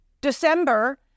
December